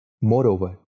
Moreover